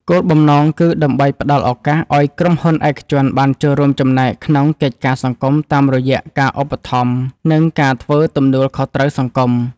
គោលបំណងគឺដើម្បីផ្ដល់ឱកាសឱ្យក្រុមហ៊ុនឯកជនបានចូលរួមចំណែកក្នុងកិច្ចការសង្គមតាមរយៈការឧបត្ថម្ភ និងការធ្វើទំនួលខុសត្រូវសង្គម។